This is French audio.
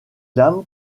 lame